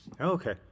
okay